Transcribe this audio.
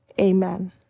amen